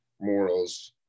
morals